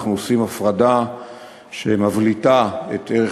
אנחנו עושים הפרדה שמבליטה את ערך